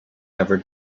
never